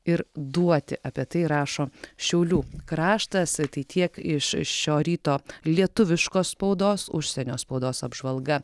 ir duoti apie tai rašo šiaulių kraštas tai tiek iš šio ryto lietuviškos spaudos užsienio spaudos apžvalga